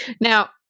Now